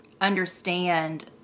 understand